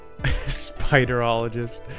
Spiderologist